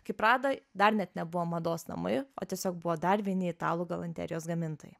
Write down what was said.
kai prada dar net nebuvo mados namai o tiesiog buvo dar vieni italų galanterijos gamintojai